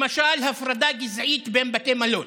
למשל, הפרדה גזעית בין בתי מלון.